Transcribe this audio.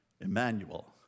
Emmanuel